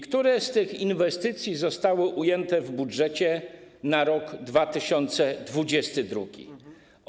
Które z tych inwestycji zostały ujęte w budżecie na rok 2022?